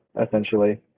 essentially